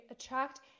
attract